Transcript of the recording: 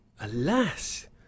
alas